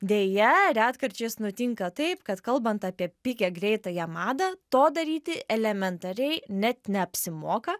deja retkarčiais nutinka taip kad kalbant apie pigią greitąją madą to daryti elementariai net neapsimoka